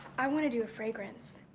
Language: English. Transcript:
i wanna do a fragrance.